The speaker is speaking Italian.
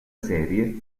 serie